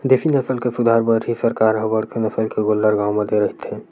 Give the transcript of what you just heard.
देसी नसल के सुधार बर ही सरकार ह बड़का नसल के गोल्लर गाँव म दे रहिथे